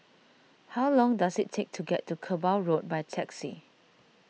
how long does it take to get to Kerbau Road by taxi